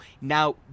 Now